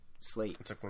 slate